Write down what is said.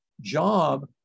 job